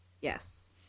Yes